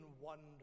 wonder